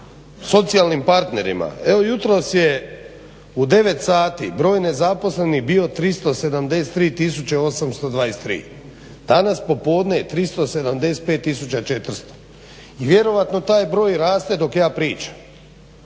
socijalnim partnerima. Evo jutros je u 9 sati broj nezaposlenih bio 373 tisuće 823, danas popodne je 375 tisuća 400 i vjerojatno taj broj raste dok ja pričam.